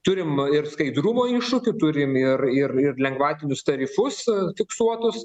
turim ir skaidrumo iššūkių turim ir ir ir lengvatinius tarifus fiksuotus